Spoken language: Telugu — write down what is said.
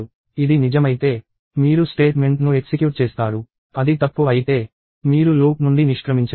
ఇది నిజమైతే మీరు స్టేట్మెంట్ ను ఎక్సిక్యూట్ చేస్తారు అది తప్పు అయితే మీరు లూప్ నుండి నిష్క్రమించండి